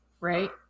right